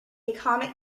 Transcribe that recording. comet